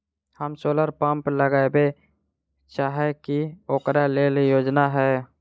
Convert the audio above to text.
हम solar pump लगाबै चाहय छी ओकरा लेल योजना हय?